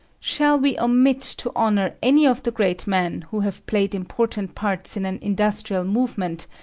shall we omit to honour any of the great men who have played important parts in an industrial movement,